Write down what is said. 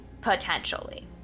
Potentially